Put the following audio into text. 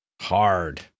hard